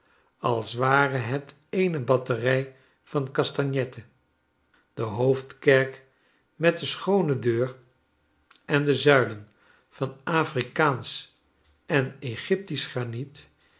als ware het eene batterij van castagnetten de hoofdkerk met de schoone deur en de zuilen van afrikaansch en egyptisch graniet